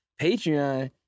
Patreon